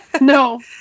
No